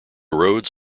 roads